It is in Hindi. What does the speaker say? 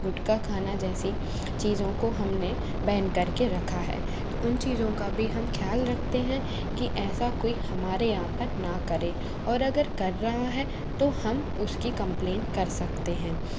गुटका खाना जैसी चीज़ों को हम ने बैन करके रखा है तो उन चीज़ों का भी हम ख़याल रखते हैं कि ऐसा कोई हमारे यहाँ पर ना करे और अगर कर रहा है तो हम उसकी कम्प्लेन कर सकते हैं